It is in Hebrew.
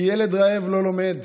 כי ילד רעב לא לומד.